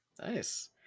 nice